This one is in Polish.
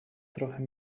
trochę